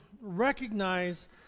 recognize